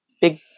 big